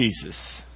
Jesus